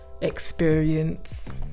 experience